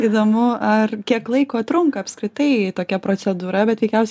įdomu ar kiek laiko trunka apskritai tokia procedūra bet veikiaus